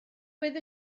bydd